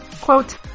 quote